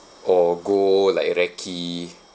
or go like a recce